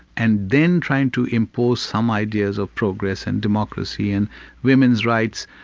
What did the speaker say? and then trying to impose some ideas of progress and democracy and women's rights,